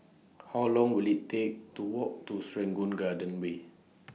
How Long Will IT Take to Walk to Serangoon Garden Way